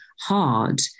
hard